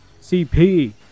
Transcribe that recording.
CP